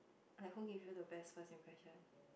like who give you the best first impression